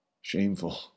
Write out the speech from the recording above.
shameful